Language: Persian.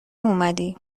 اومدی